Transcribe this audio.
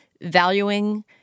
valuing